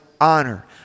honor